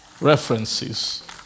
references